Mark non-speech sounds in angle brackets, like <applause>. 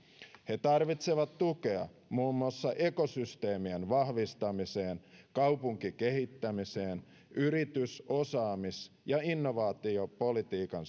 ne tarvitsevat tukea muun muassa ekosysteemien vahvistamiseen kaupunkikehittämiseen yritys osaamis ja innovaatiopolitiikan <unintelligible>